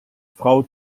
frau